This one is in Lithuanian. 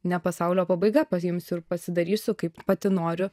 ne pasaulio pabaiga paimsiu ir pasidarysiu kaip pati noriu